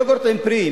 יוגורט עם פרי,